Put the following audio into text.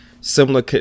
similar